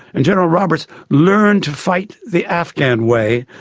and general roberts learned to fight the afghan way,